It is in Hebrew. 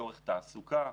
לצורך תעסוקה,